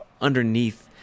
underneath